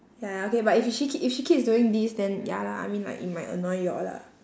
ya okay but if she keeps if she keeps doing this then ya lah I mean like it might annoy y'all lah